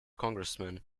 congressman